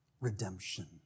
Redemption